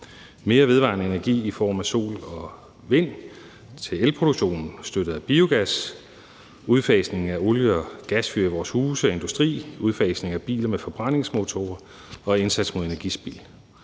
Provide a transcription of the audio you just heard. mere vedvarende energi i form af sol og vind til elproduktionen støttet af biogas, udfasning af olie- og gasfyr i vores huse og industri, udfasning af biler med forbrændingsmotorer og indsats mod energispild.